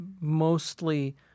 mostly